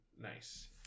Nice